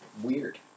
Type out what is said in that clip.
weird